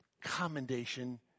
commendation